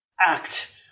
act